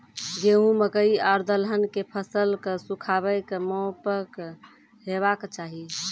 गेहूँ, मकई आर दलहन के फसलक सुखाबैक मापक की हेवाक चाही?